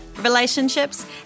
relationships